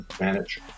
manage